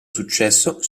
successo